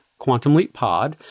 quantumleappod